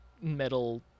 metal